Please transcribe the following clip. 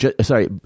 sorry